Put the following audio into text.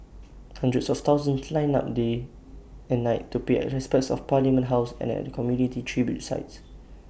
hundreds of thousands lined up day and night to pay respects at parliament house and at community tribute sites